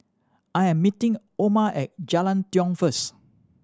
I am meeting Oma at Jalan Tiong first